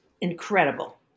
incredible